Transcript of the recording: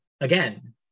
Again